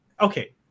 Okay